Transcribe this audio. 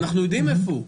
אנחנו יודעים איפה הוא,